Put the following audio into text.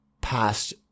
Past